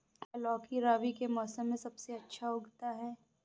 क्या लौकी रबी के मौसम में सबसे अच्छा उगता है?